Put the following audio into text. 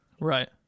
Right